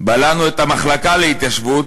בלענו את המחלקה להתיישבות,